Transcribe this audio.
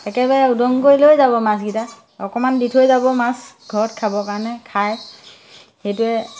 একেবাৰে উদং কৰি লৈ যাব মাছকিটা অকমান দি থৈ যাব মাছ ঘৰত খাবৰ কাৰণে খায় সেইটোৱে